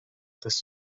des